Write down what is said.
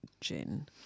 gin